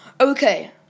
Okay